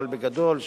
אבל בגדול,